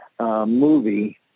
movie